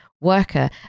worker